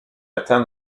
atteint